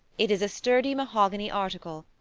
it is a sturdy mahogany article,